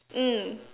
mm